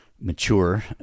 mature